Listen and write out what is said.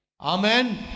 Amen